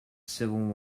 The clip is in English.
civil